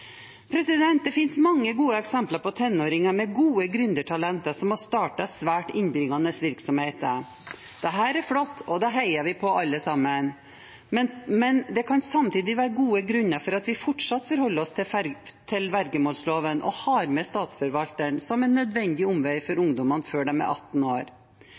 Det finnes mange gode eksempler på tenåringer med gode gründertalenter som har startet svært innbringende virksomheter. Dette er flott, og det heier vi på alle sammen. Men det kan samtidig være gode grunner for at vi fortsatt forholder oss til vergemålsloven og har med statsforvalteren som en nødvendig omvei for ungdommene før de er 18 år.